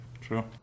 true